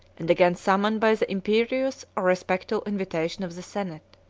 and again summoned by the imperious or respectful invitation of the senate.